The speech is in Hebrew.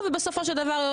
ואגב, אמרה